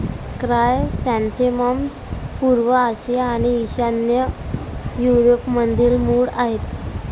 chrysanthemums पूर्व आशिया आणि ईशान्य युरोपमधील मूळ आहेत